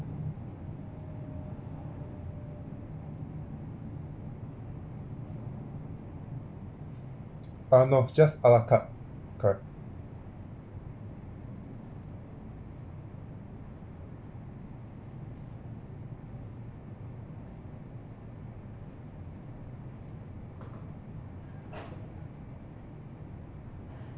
uh no just a la carte correct